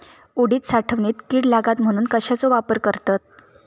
उडीद साठवणीत कीड लागात म्हणून कश्याचो वापर करतत?